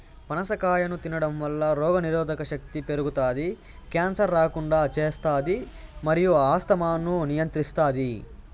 పనస కాయను తినడంవల్ల రోగనిరోధక శక్తి పెరుగుతాది, క్యాన్సర్ రాకుండా చేస్తాది మరియు ఆస్తమాను నియంత్రిస్తాది